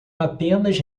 apenas